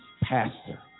pastor